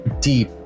deep